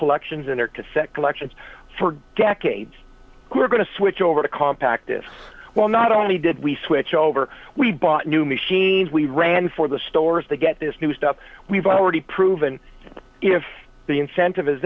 collections and or cassette collections for decades we're going to switch over to compact this well not only did we switch over we bought new machines we ran for the stores to get this new stuff we've already proven if the incentive is